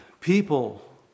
people